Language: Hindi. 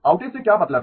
आउटेज से क्या मतलब है